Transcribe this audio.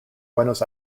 buenos